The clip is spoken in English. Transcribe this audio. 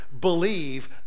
believe